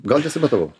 gal nesimatavau